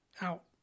out